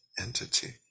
entity